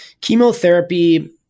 Chemotherapy